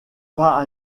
pas